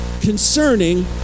concerning